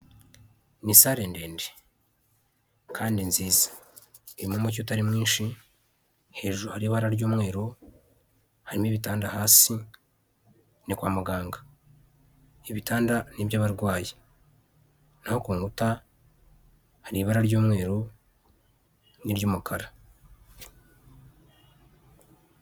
Ni sale ndende kandi nziza irimo umucyo utari mwinshi, hejuru hari ibara ry'umweru harimo ibitanda hasi ni kwa muganga, ibitanda ni iby'abarwayi naho ku nkuta hari ibara ry'umweru n'iry'umukara.